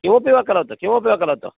किमपि वा करोतु किमपि वा करोतु